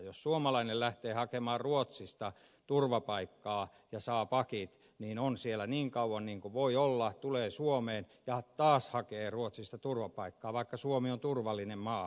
jos suomalainen lähtee hakemaan ruotsista turvapaikkaa ja saa pakit ja on siellä niin kauan kuin voi olla tulee suomeen ja taas hakee ruotsista turvapaikkaa vaikka suomi on turvallinen maa asua ja olla